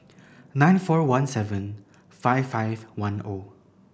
nine four one seven five five one O